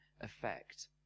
effect